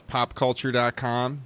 PopCulture.com